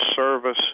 service